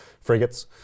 frigates